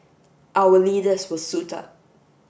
our leaders will suit up